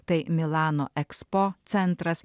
tai milano ekspo centras